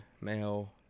male